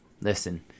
listen